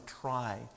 try